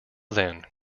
then